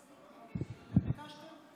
למה שמית?